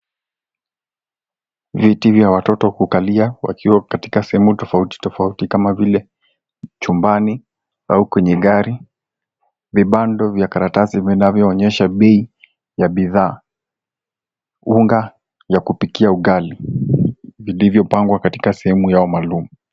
Viti vya watoto kukalia wakiwa katika sehemu tofauti tofauti kama vile chumban au kweye gari. vibando vya karatasi vinavyoonyesha bei ya bidhaa, unga ya kupikia ugali vilivyopangwa katika sehemu yao maalum.